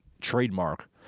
trademark